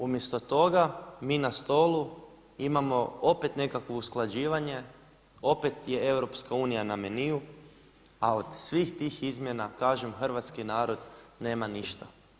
Umjesto toga, mi na stolu imamo opet nekakvo usklađivanje, opet je EU na menue a od svih tih izmjena kažem hrvatski narod nema ništa.